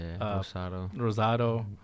Rosado